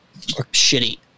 shitty